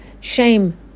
Shame